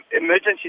emergency